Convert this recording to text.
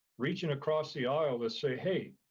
reaching across the aisle to say, hey,